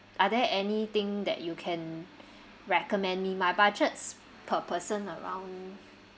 are there any thing that you can recommend me my budgets per person around